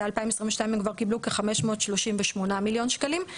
ב-2022 הם כבר קיבלו כ-538 מיליון שקלים.